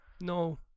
no